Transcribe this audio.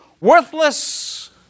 worthless